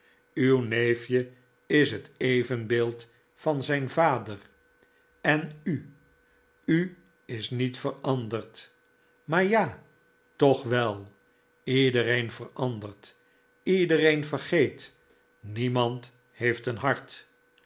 uw neefje is het evenbeeld van zijn vader en u u is niet veranderd maar ja toch wel iedereen verandert iedereen vergeet niemand heeft een hart